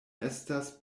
estas